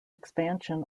expansion